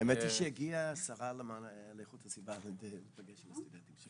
האמת היא שהגיעה השרה לאיכות הסביבה להיפגש עם הסטודנטים שלי.